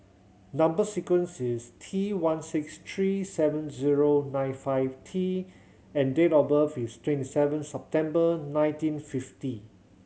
number sequence is T one six three seven zero nine five T and date of birth is twenty seven September nineteen fifty